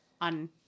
on